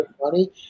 money